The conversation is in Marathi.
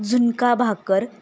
झुणका भाकर